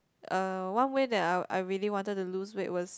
uh one way that I'll I really wanted to lose weight was